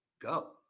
go